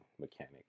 mechanic